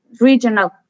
regional